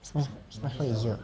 it's much it's much more easier